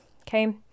Okay